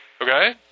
Okay